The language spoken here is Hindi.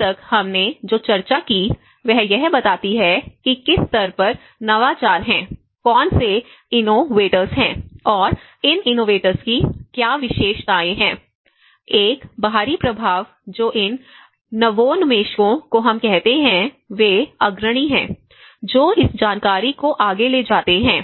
अब तक हमने जो चर्चा की वह यह बताती है कि किस स्तर पर नवाचार हैं कौन से इनोवेटर्स हैं और इन इनोवेटर्स की क्या विशेषताएं हैं एक बाहरी प्रभाव जो इन नवोन्मेषकों को हम कहते हैं वे अग्रणी हैं जो इस जानकारी को आगे ले जाते हैं